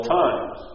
times